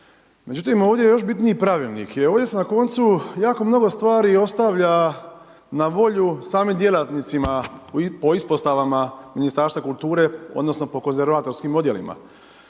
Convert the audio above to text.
Međutim ovdje je još bitniji pravilnik i ovdje se na koncu jako mnogo stvari ostavlja na volju samim djelatnicima po ispostavama Ministarstva kulture, odnosno po konzervatorskim odjelima.